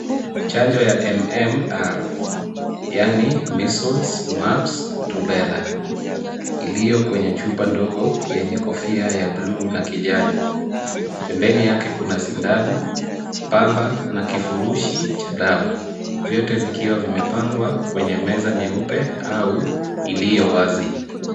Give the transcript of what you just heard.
Chanjo ya MMR, yaani measles, mumps, rubella iliyo kwenye chupa ndogo yenye kofia ya bluu na kijani. Pembeni yake kuna sindano, pamba na kifurushi cha dawa. Vyote vikiwa vimepangwa kwenye meza nyeupe au iliyo wazi.